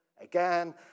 Again